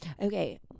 Okay